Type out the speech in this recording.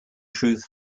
truth